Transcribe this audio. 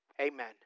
Amen